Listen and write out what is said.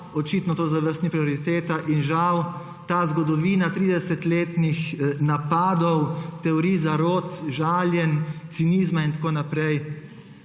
očitno to za vas ni prioriteta. Žal bo ta zgodovina 30-letnih napadov, teorij zarot, žaljenj, cinizma in tako naprej